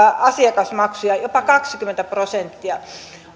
asiakasmaksuja jopa kaksikymmentä prosenttia